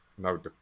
No